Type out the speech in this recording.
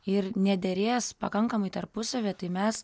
ir nederės pakankamai tarpusavyje tai mes